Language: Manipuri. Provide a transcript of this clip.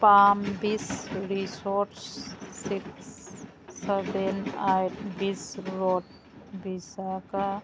ꯄꯥꯝ Beach Resort six seven at Beach Road ꯕꯁꯥꯀꯥ